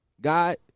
God